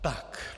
Tak.